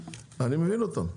אני מבין אותם,